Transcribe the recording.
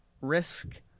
risk